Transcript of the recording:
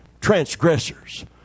transgressors